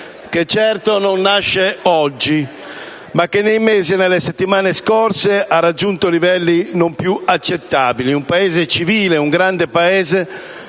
che certo non nasce oggi, ma che nei mesi e nelle settimane scorse ha raggiunto livelli non più accettabili. Un Paese civile, un grande Paese,